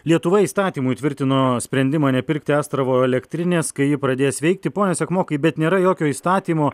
lietuva įstatymu įtvirtino sprendimą nepirkti astravo elektrinės kai ji pradės veikti pone sekmokai bet nėra jokio įstatymo